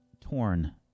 torn